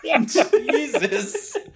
Jesus